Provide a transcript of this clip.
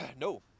no